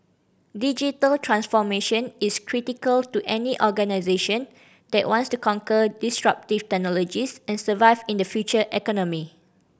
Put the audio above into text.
digital transformation is critical to any organisation that wants to conquer disruptive technologies and survive in the future economy